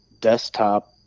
desktop